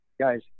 guys